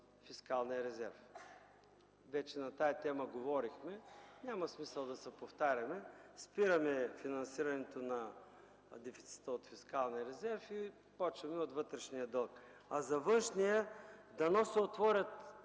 от фискалния резерв. На тази тема вече говорихме, няма смисъл да се повтаряме. Спираме финансирането на дефицита от фискалния резерв и започваме от вътрешния дълг. А за външния, дано се отворят